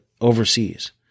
overseas